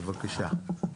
בבקשה.